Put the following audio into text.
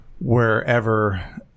wherever